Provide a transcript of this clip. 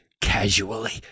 casually